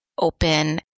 open